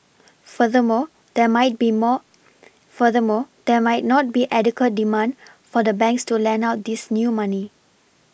furthermore there might be more furthermore there might not be adequate demand for the banks to lend out this new money